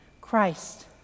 Christ